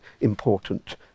important